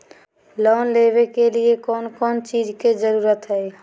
Loan लेबे के लिए कौन कौन चीज के जरूरत है?